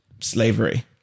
slavery